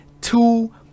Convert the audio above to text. two